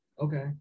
Okay